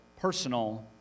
personal